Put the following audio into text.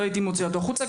לא הייתי מוציא אותו החוצה,